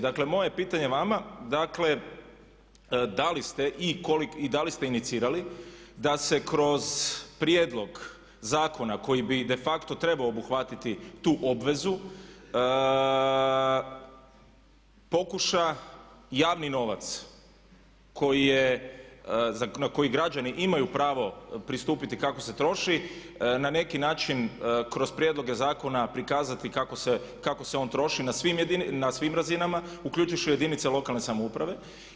Dakle moje pitanje vama, dakle da li ste i koliko, i da li ste inicirali, da se kroz prijedlog zakona koji bi de facto trebao obuhvatiti tu obvezu pokuša javni novac koji je, na koji građani imaju pravo pristupiti kako se troši na neki način kroz prijedloge zakona prikazati kako se on troši na svim razinama uključujući jedinice lokalne samouprave.